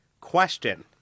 question